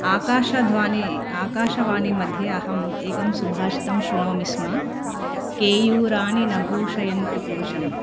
आकाशवाणी आकाशवाणी मध्ये अहम् एकं सुभाषितं शृणोमि स्म केयूराणि न भूषयन्ति पुरुषं